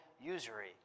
usury